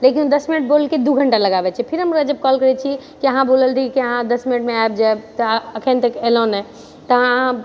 लेकिन दश मिनट बोलिके दू घण्टा लगाबै छै फेर हम ओकरा जब कॉल करै छी कि अहाँ बोलल रही कि अहाँ दश मिनटमे आएब जाएब तऽ अखन तक एलहुँ नहि तऽ अहाँ